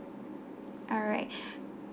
alright